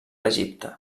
egipte